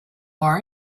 are